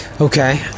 Okay